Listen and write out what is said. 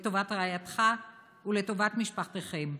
לטובת רעייתך ולטובת משפחתכם.